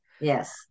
yes